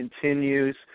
continues